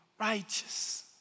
righteous